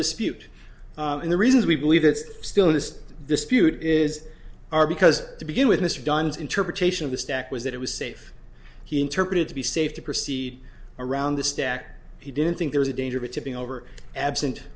dispute and the reasons we believe it's still in this dispute is are because to begin with mr dunn's interpretation of the stack was that it was safe he interpreted to be safe to proceed around the stack he didn't think there was a danger of it tipping over absent